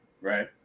Right